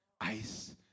Ice